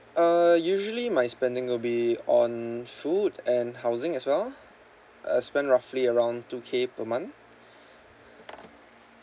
uh usually my spending will be on food and housing as well I spent roughly around two K per month